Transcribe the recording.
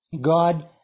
God